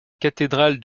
cathédrale